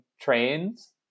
trains